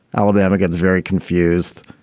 alabama gets very confused.